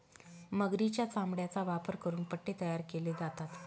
मगरीच्या चामड्याचा वापर करून पट्टे तयार केले जातात